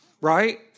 Right